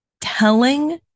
telling